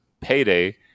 payday